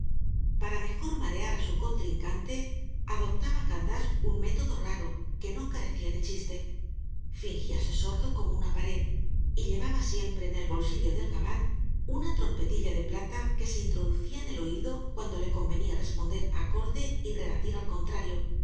para mejor marear á su contrincante adoptaba candás un método raro que no carecía de chiste fingíase sordo como una pared y llevaba siempre en el bolsillo del gabán una trompetilla de plata que se introducía en el oído cuando le convenía responder acorde y rebatir al contrario